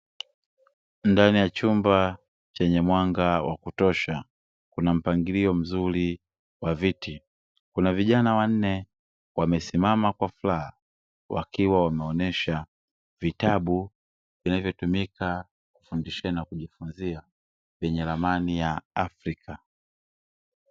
Ndani ya chumba chenye mwanga wa kutosha, kuna mpangilio mzuri wa viti, kuna vijana wanne wamesimama kwa furaha wakiwa wameonyesha vitabu vinavyotumika kufundishia na kujifunzia vyenye ramani ya afrika.